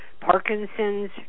Parkinson's